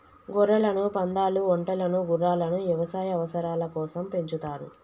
గొర్రెలను, పందాలు, ఒంటెలను గుర్రాలను యవసాయ అవసరాల కోసం పెంచుతారు